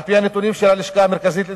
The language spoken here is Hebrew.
על-פי הנתונים של הלשכה המרכזית לסטטיסטיקה,